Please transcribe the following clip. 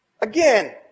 Again